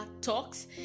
talks